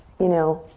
you know,